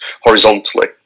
horizontally